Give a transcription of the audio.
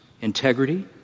integrity